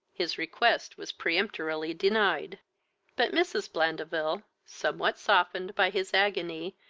his request was peremptorily denied but mrs. blandeville, somewhat softened by his agony,